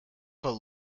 the